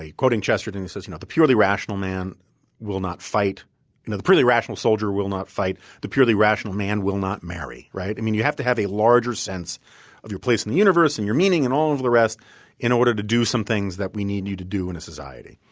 ah quoting chesterton, he says the purely rational man will not fight you know the purely rational soldier will not fight. the purely rational man will not marry, right? i mean you have to have a larger sense of your place in the universe and your meaning and all of the rest in order to do some things that we need you to do in a society